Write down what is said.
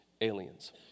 aliens